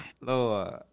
Lord